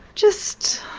just